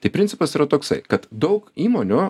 tai principas yra toksai kad daug įmonių